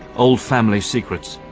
old family secrets.